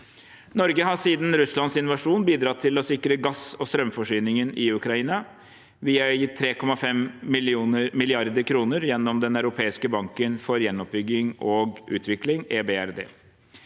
Norge har siden Russlands invasjon bidratt til å sikre gass- og strømforsyningen i Ukraina. Vi har gitt 3,5 mrd. kr gjennom Den europeiske banken for gjenoppbygging og utvikling, EBRD.